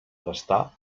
gastar